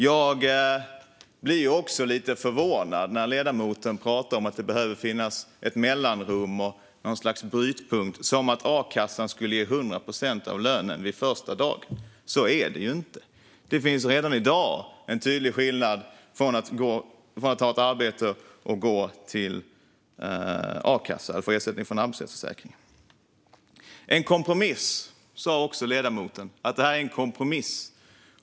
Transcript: Jag blir lite förvånad när ledamoten pratar om att det behöver finnas ett mellanrum och något slags brytpunkt, precis som att a-kassan ger 100 procent av lönen första dagen. Så är det ju inte. Det finns redan i dag en tydlig skillnad i att gå från arbete till a-kassa eller ersättning från arbetslöshetsförsäkringen. Ledamoten sa att det är en kompromiss.